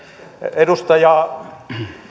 edustaja